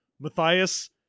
Matthias